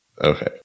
Okay